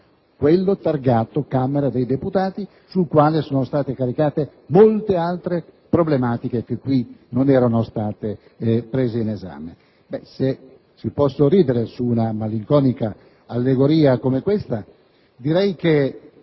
targato Camera dei deputati su cui sono state caricate molte altre problematiche che qui non erano state prese in esame. Se si potesse sorridere su una malinconica allegoria come questa, sottolineerei